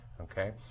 Okay